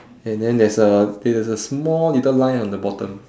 and then there's a there is a small little line on the bottom